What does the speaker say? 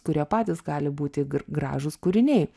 kurie patys gali būti gr gražūs kūriniai